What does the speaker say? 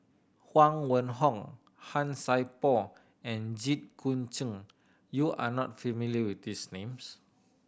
Huang Wenhong Han Sai Por and Jit Koon Ch'ng you are not familiar with these names